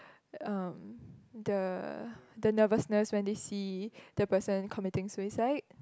the um the the nervousness when they see the person committing suicide